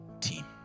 team